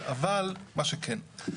אבל מה שכן,